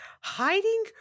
hiding